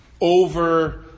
over